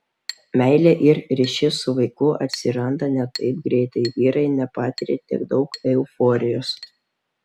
meilė ir ryšys su vaiku atsiranda ne taip greitai vyrai nepatiria tiek daug euforijos